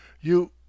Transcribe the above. You